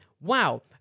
Wow